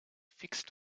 fixed